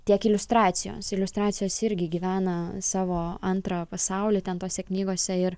tiek iliustracijos iliustracijos irgi gyvena savo antrą pasaulį ten tose knygose ir